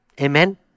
Amen